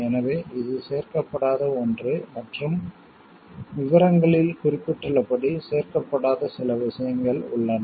எனவே இது சேர்க்கப்படாத ஒன்று மற்றும் விவரங்களில் குறிப்பிடப்பட்டுள்ளபடி சேர்க்கப்படாத சில விஷயங்கள் உள்ளன